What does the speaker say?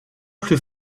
plus